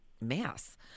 mass